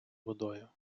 водою